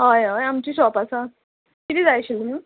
हय हय आमचें शॉप आसा कितें जाय आशिल्लें